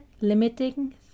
limiting